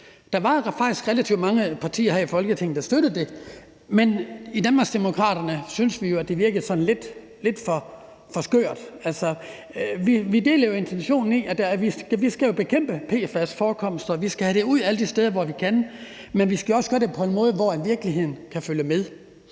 Der var faktisk relativt mange partier her i Folketinget, der støttede det, men i Danmarksdemokraterne synes vi jo, at det virkede sådan lidt for skørt. Vi deler intentionen om, at vi skal bekæmpe PFAS-forekomster. Vi skal have det væk alle de steder, hvor vi kan, men vi skal også gøre det på en måde, hvor virksomhederne kan følge med.